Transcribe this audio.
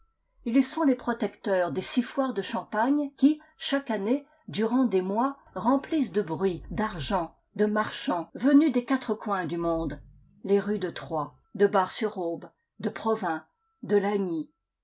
ils sont les protecteurs des six foires de champagne qui chaque année durant des mois remplissent de bruit d'argent de marchands venus des quatre coins du monde les rues de troyes de bar sur aube de provins de